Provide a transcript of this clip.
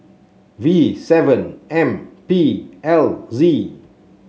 V seven M P L Z